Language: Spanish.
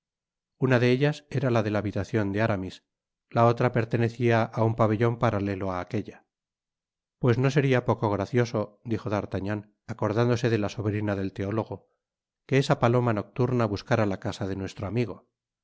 una de ellas era la de la habitacion de aramis la otra pertenecía á un pabellon paralelo á aquella pues no seria poco gracioso dijo d'artagnan acordándose de la sobrina del teólogo que esa paloma nocturna buscara la casa de nuestro amigo